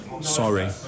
Sorry